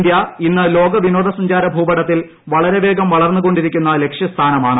India ഇന്ന് ലോക വിനോദസഞ്ചാര ഭൂപടത്തിൽ വളരെ വേഗം വളർന്നു കൊണ്ടിരിക്കുന്ന ലക്ഷ്യസ്ഥാനമാണ്